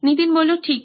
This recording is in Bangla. নীতিন ঠিক